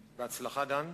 בהצלחה, דן.